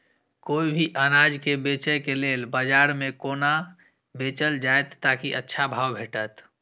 कोय भी अनाज के बेचै के लेल बाजार में कोना बेचल जाएत ताकि अच्छा भाव भेटत?